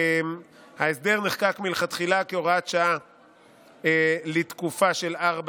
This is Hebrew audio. ההסדר נחקק מלכתחילה כהוראת שעה לתקופה של ארבע